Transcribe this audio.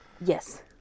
Yes